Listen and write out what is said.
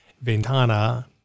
ventana